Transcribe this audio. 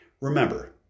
Remember